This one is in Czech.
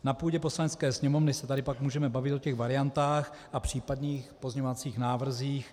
Na půdě Poslanecké sněmovny se tady pak můžeme bavit o těch variantách a případných pozměňovacích návrzích.